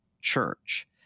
church